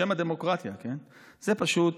בשם הדמוקרטיה, כן, זה פשוט